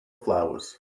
flowers